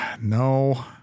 No